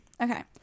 okay